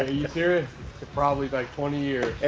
ah you serious probably back twenty years.